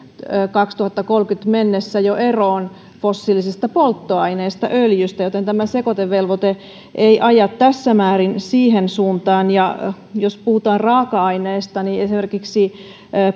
jo kaksituhattakolmekymmentä mennessä eroon fossiilisesta polttoaineesta öljystä joten tämä sekoitevelvoite ei aja tässä määrin siihen suuntaan ja jos puhutaan raaka aineista niin esimerkiksi